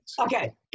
Okay